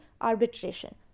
arbitration